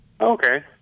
Okay